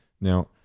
Now